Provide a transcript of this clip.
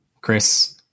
Chris